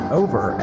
over